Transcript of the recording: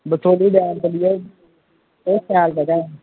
Basohli dam चली जाओ बड़ी शैल जगहां न